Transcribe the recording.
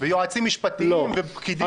ויועצים משפטיים ופקידים בכירים ותיקים.